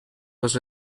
was